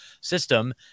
system